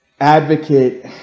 advocate